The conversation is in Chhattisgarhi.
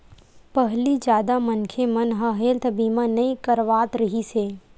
पहिली जादा मनखे मन ह हेल्थ बीमा नइ करवात रिहिस हे